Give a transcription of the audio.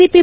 CP